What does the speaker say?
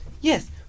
Yes